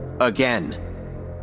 Again